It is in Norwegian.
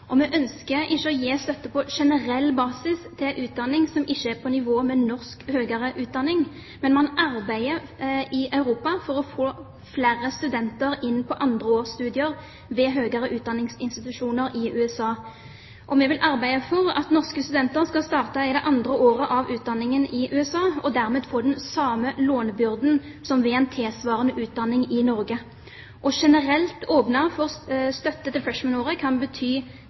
Vi ønsker ikke å gi støtte på generell basis til utdanning som ikke er på nivå med norsk høyere utdanning, men det arbeides i Europa for å få flere studenter inn på andre års studier ved høyere utdanningsinstitusjoner i USA. Vi vil arbeide for at norske studenter skal starte i det andre året av utdanningen i USA, og dermed få den samme lånebyrden som ved tilsvarende utdanning i Norge. Generelt å åpne for støtte til freshman-året kan bety